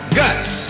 guts